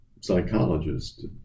psychologist